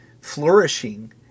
flourishing